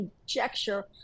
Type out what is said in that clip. conjecture